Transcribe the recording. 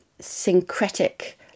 syncretic